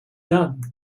done